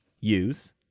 use